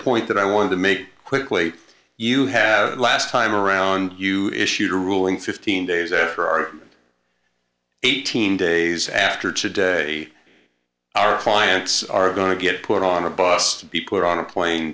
point that i want to make quickly you have last time around you issued a ruling fifteen days after our eighteen days after today our clients are going to get put on a bus to be put on a plane